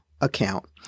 account